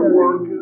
work